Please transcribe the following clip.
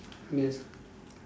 yes